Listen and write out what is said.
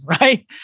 right